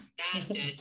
standard